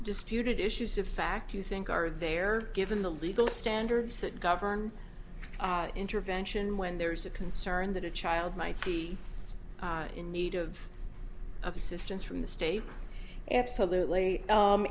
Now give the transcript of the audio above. disputed issues of fact you think are there given the legal standards that govern intervention when there's a concern that a child might be in need of assistance from the state absolutely